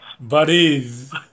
Buddies